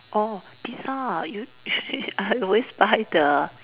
orh pizza ah I always buy the